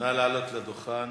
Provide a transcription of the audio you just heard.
נא לעלות לדוכן